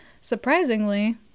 surprisingly